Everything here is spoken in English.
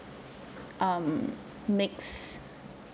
um makes